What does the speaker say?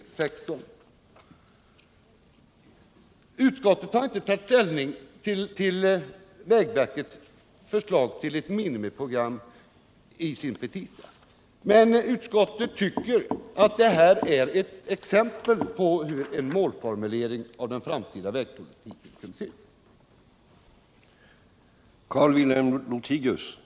Utskottet har i sina petita inte tagit ställning till vägverkets förslag till ett minimiprogram, utan man tycker att det här är ett exempel på hur en målformulering för den framtida vägpolitiken kan se ut.